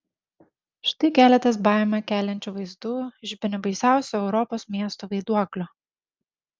štai keletas baimę keliančių vaizdų iš bene baisiausio europos miesto vaiduoklio